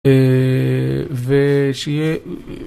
אה... ושיהיה...